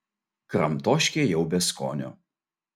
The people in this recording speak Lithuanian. kramtoškė jau be skonio